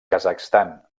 kazakhstan